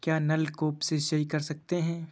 क्या नलकूप से सिंचाई कर सकते हैं?